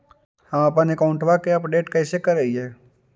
हमपन अकाउंट वा के अपडेट कैसै करिअई?